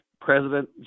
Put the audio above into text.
President